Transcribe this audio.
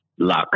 luck